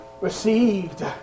received